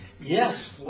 Yes